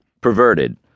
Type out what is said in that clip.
Perverted